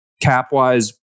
cap-wise